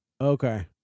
Okay